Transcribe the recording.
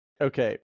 okay